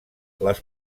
les